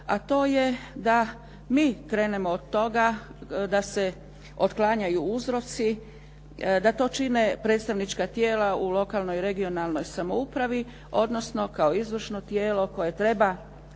a to je da mi krenemo od toga da se otklanjaju uzroci, da to čine predstavnička tijela u lokalnoj i regionalnoj samoupravi odnosno kao izvršno tijelo koje treba